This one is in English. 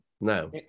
no